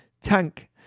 tank